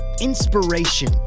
inspiration